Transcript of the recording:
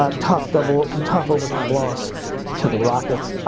ah tough double, and tough overtime loss to the rockets,